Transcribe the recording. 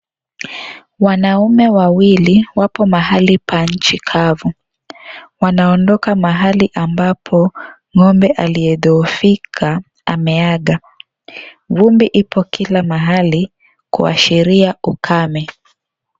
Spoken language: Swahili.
Wanaume wawili, wapo mahali pa nchi kavu. Wanaondoka mahali ambapo, ng'ombe aliyedhohofika, ameaga. Vumbi iko kila mahali kuashiria ukame.